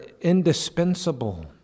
indispensable